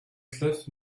cliff